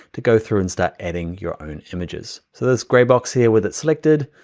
to go through and start adding your own images. so this gray box here, with it selected,